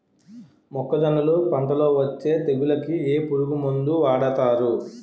మొక్కజొన్నలు పంట లొ వచ్చే తెగులకి ఏ పురుగు మందు వాడతారు?